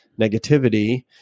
negativity